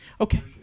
okay